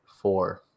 four